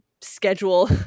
schedule